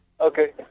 Okay